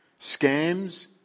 scams